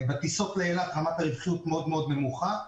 בטיסות לאילת רמת הרווחיות היא מאוד נמוכה,